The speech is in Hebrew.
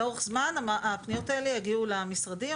לאורך זמן הפניות האלה יגיעו למשרדים,